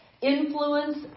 influence